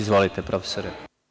Izvolite, profesore.